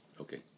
Okay